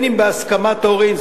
אם בהסכמת ההורים,